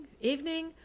evening